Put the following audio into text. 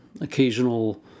Occasional